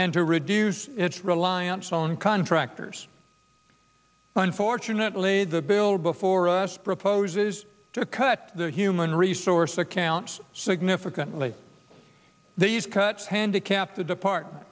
and to reduce its reliance on contractors unfortunately the bill before us proposes to cut the human resource accounts significantly these cuts handicap the department